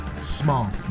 small